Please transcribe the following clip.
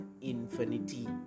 infinity